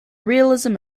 realism